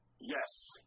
Yes